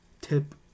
tip